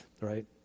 right